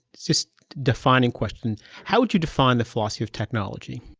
just a defining question how would you define the philosophy of technology?